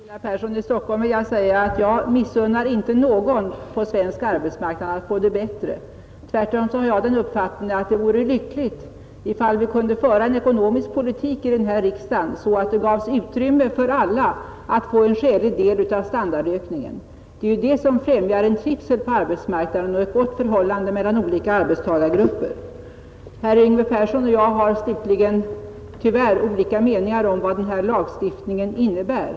Herr talman! Till herr Persson i Stockholm vill jag säga, att jag inte missunnar någon på den svenska arbetsmarknaden att få det bättre. Tvärtom har jag den uppfattningen att det vore lyckligt ifall vi kunde föra en ekonomisk politik i denna riksdag så att det gåves utrymme för alla att få en skälig del av standardökningen. Det är det som främjar trivseln på arbetsmarknaden och ett gott förhållande mellan olika arbetstagargrupper. Herr Yngve Persson och jag har tyvärr olika meningar om vad den här lagstiftningen innebär.